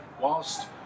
whilst